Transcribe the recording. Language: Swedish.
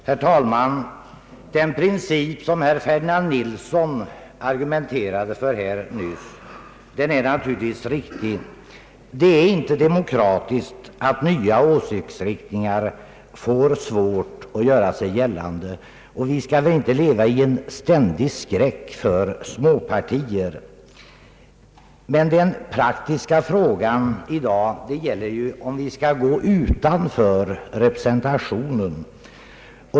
Herr talman! Den princip som herr Ferdinand Nilsson argumenterade för i sitt anförande är naturligtvis riktig. Det är inte demokratiskt att nya åsiktsriktningar får svårt att-:göra sig gällande. Vi skall inte leva i en ständig skräck för småpartier: Den praktiska frågan i dag gäller emellertid om vi skall gå utanför representationen.